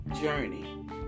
journey